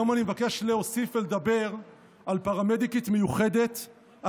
היום אני מבקש להוסיף ולדבר על פרמדיקית מיוחדת,